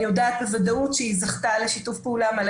אני יודעת בוודאות שהיא זכתה לשיתוף פעולה מלא